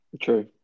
True